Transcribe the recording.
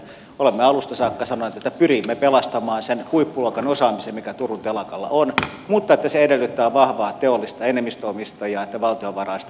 olemme alusta saakka sanoneet että pyrimme pelastamaan sen huippuluokan osaamisen mikä turun telakalla on mutta että se edellyttää vahvaa teollista enemmistöomistajaa valtion varaan sitä ei voi rakentaa